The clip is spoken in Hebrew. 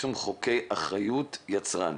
יישום חוקי אחריות יצרן.